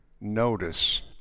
notice